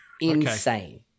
insane